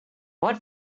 what